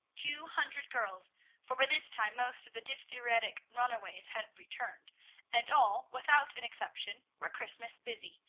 two hundred girls for by this time most of the diphtheritic runaways had returned and all, without an exception, were christmas busy!